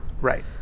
right